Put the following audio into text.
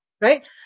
right